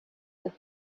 that